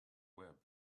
web